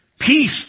peace